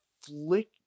flick